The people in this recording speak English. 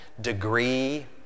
degree